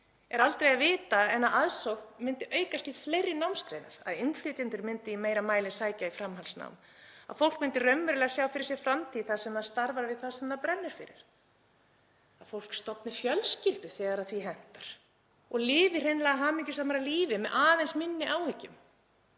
er aldrei að vita nema aðsókn myndi aukast í fleiri námsgreinar, að innflytjendur myndu í meira mæli sækja í framhaldsnám, að fólk myndi raunverulega sjá fyrir sér framtíð þar sem það starfar við það sem það brennur fyrir, að fólk stofni fjölskyldu þegar því hentar og lifi hreinlega hamingjusamara lífi með aðeins minni áhyggjum.